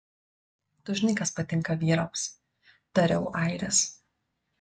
tu žinai kas patinka vyrams tariau airis